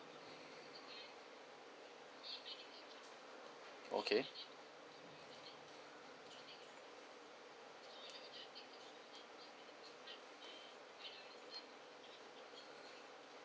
okay